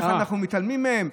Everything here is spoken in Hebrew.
איך אנחנו מתעלמים מהם?